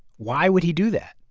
why would he do that?